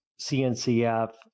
CNCF